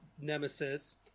Nemesis